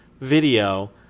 video